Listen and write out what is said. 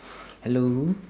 hello